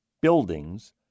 buildings